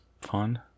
fun